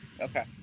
Okay